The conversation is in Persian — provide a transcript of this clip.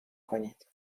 کنید